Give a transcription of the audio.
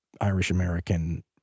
Irish-American